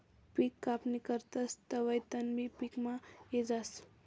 पिक कापणी करतस तवंय तणबी पिकमा यी जास